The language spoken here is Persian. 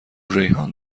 ریحان